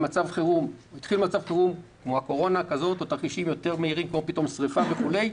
במצב חירום כמו הקורונה או תרחישים מהירים יותר כמו למשל שרפה וכולי,